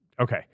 Okay